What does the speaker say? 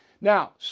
Now